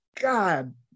God